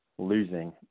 losing